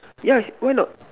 yeah why not